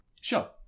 Sure